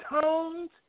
tones